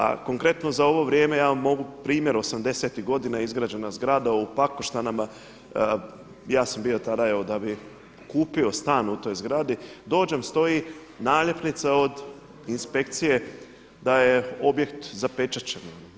A konkretno za ovo vrijeme ja vam mogu primjer 80-tih godina izgrađena je zgrada u Pakoštanima, ja sam bio tada evo da bi kupio stan u toj zgradi dođem, stoji naljepnica od inspekcije da je objekt zapečaćen.